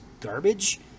garbage